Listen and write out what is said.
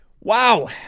Wow